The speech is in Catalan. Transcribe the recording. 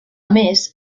més